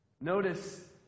Notice